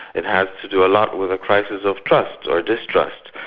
it has to do a lot with a crisis of trust or distrust.